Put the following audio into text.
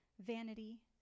vanity